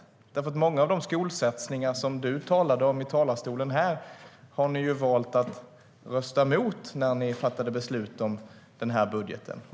Många av de skolsatsningar som du talade om här i talarstolen har ni ju valt att rösta emot, när riksdagen fattade beslut om budgeten.